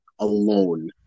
alone